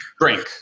Drink